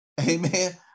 Amen